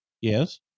Yes